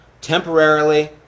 temporarily